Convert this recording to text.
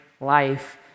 life